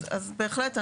אז בהחלט,